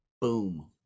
Boom